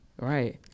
right